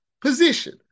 position